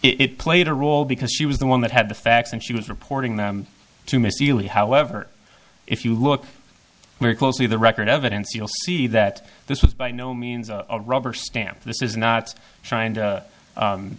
it played a role because she was the one that had the facts and she was reporting them to miss you however if you look very closely the record evidence you'll see that this was by no means a rubber stamp this is not trying to